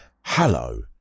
Hello